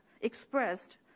expressed